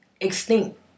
extinct